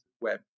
web